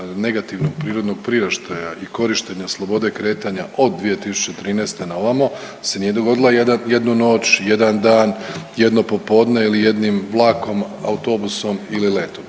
negativnog prirodnog priraštaja i korištenja slobode kretanja od 2013. na ovamo se nije dogodila jednu noć, jedan dan, jedno popodne ili jednim vlakom, autobusom ili letom.